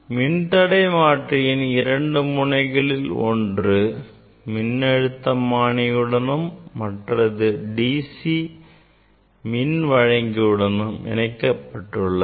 மின்தடை மாற்றியின் இரண்டு முனைகளில் ஒன்று மின்னழுத்தமானியுடனும் மற்றது DC மின்வழங்கியுனும் இணைக்கப்பட்டுள்ளது